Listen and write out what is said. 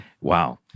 Wow